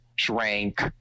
drank